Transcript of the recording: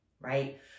right